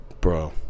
Bro